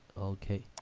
okay